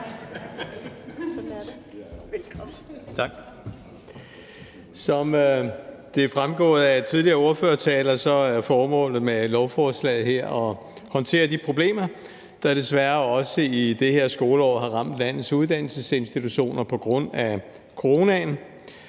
Som det er fremgået af tidligere ordførertaler, er formålet med lovforslaget her at håndtere de problemer, der desværre også i det her skoleår har ramt landets uddannelsesinstitutioner på grund af coronaen.